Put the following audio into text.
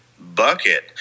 Bucket